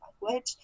language